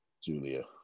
Julia